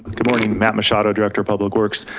good morning matt machado director public works.